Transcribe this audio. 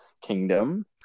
kingdom